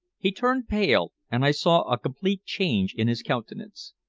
he turned pale, and i saw a complete change in his countenance.